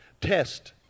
test